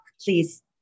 Please